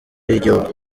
yigihugu